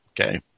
Okay